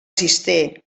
cister